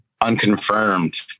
unconfirmed